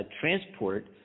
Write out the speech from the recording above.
transport